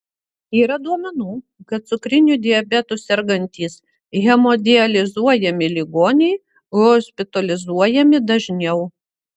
yra duomenų kad cukriniu diabetu sergantys hemodializuojami ligoniai hospitalizuojami dažniau